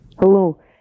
Hello